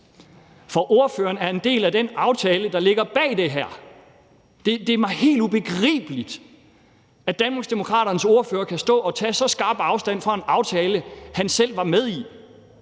for ordføreren er en del af den aftale, der ligger bag det her. Det er mig helt ubegribeligt, at Danmarksdemokraternes ordfører kan stå og tage så skarpt afstand fra en aftale, han selv var med i.